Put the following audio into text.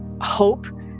hope